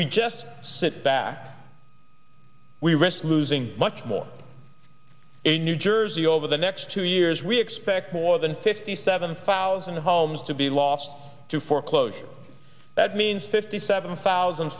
we just sit back we risk losing much more in new jersey over the next two years we expect more than fifty seven thousand homes to be lost to foreclosure that means fifty seven thousand